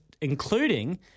including